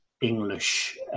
English